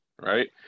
right